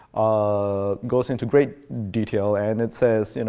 ah goes into great detail. and it says, you know